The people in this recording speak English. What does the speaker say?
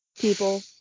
people